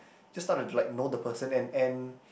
just start to like know the person and and